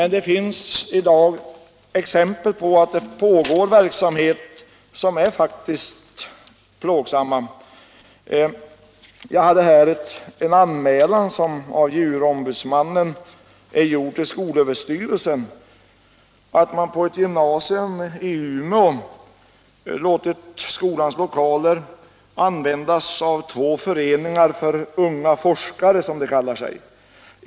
I dag finns det exempel på att bland skolungdomar pågår verksamhet som faktiskt innebär att man plågar djur. Djurombudsmannen har t.ex. gjort en anmälan till skolöverstyrelsen om att man på ett gymnasium i Umeå låtit skolans lokaler användas av två föreningar för — som de kallar sig — unga forskare.